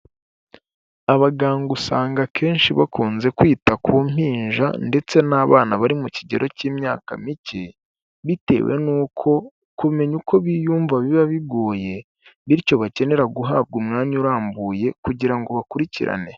Abaganga usanga akenshi bakunze kwita ku mpinja ndetse n'abana bari mu kigero cy'imyaka mike, bitewe n'uko kumenya uko biyumva biba bigoye bityo bakenera guhabwa umwanya urambuye kugira ngo bakurikirane.